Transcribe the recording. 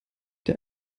der